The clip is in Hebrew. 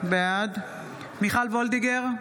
בעד מיכל מרים וולדיגר,